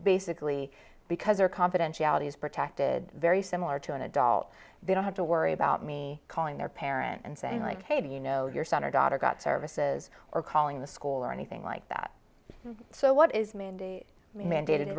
basically because their confidentiality is protected very similar to an adult they don't have to worry about me calling their parent and saying like hey do you know your son or daughter got services or calling the school or anything like that so what is mandy mandated